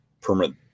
permanent